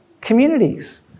communities